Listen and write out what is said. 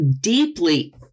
deeply